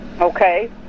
okay